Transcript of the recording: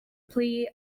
plea